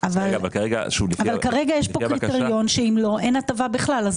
כרגע יש כאן קריטריון שאם לא, אין הטבה בכלל.